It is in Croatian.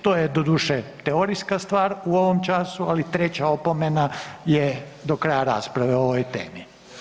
To je doduše teorijska stvar u ovom času, ali treća opomena je do kraja rasprave o ovoj temi.